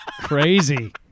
Crazy